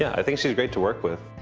yeah i think she's great to work with.